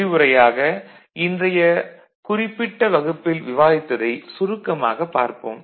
முடிவுரையாக இன்றையக் குறிப்பிட்ட வகுப்பில் விவாதித்ததை சுருக்கமாகப் பார்ப்போம்